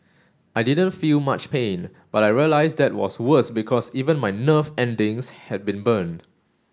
I didn't feel much pain but I realised that was worse because even my nerve endings had been burned